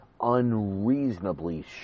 unreasonably